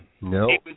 no